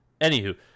Anywho